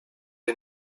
you